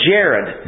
Jared